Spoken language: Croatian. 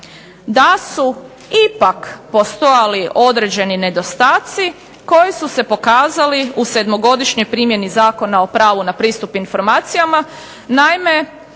da su ipak postojali određeni nedostaci koji su se pokazali u sedmogodišnjoj primjeni Zakona o pravu na pristup informacijama.